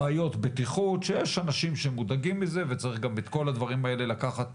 מרכזי תעסוקה וקישוריות הוא אחד השיקולים וזה אחד הגורמים שדיברו